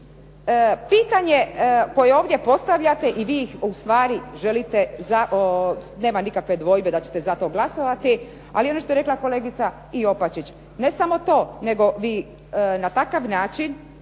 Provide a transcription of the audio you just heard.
Pitanje koje ovdje postavljate i vi ih ustvari želite, nema nikakve dvojbe da ćete zato glasovati. Ali ono što je rekla kolegica Opačić, ne samo to nego vi na takav način